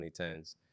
2010s